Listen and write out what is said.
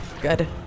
Good